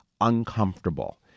uncomfortable